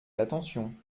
l’attention